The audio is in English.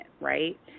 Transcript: Right